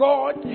God